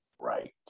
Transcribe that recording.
right